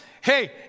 Hey